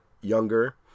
younger